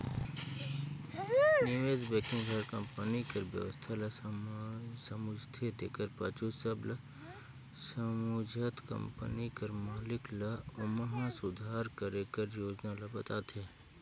निवेस बेंकिग हर कंपनी कर बेवस्था ल समुझथे तेकर पाछू सब ल समुझत कंपनी कर मालिक ल ओम्हां सुधार करे कर योजना ल बताथे